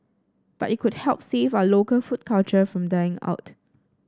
but it could help save our local food culture from dying out